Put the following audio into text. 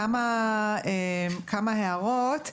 כמה הערות.